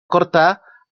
cortada